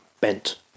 bent